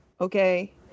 okay